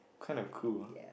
kind of cruel